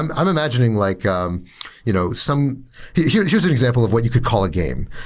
and i'm imagining like um you know some here's here's an example of what you could call game,